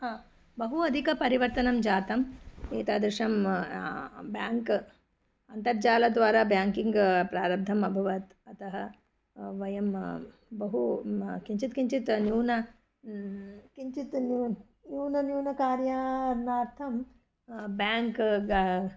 बहु अधिकं परिवर्तनं जातम् एतादृशं बेङ्क् अन्तर्जालद्वारा बेङ्किङ्ग् प्रारब्धम् अभवत् अतः वयं बहु किञ्चित् किञ्चित् न्यूनं किञ्चित् न्यूनं न्यूनं न्यूनकार्यार्थं बेङ्क् ग